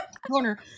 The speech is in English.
corner